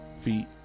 feet